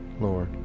Lord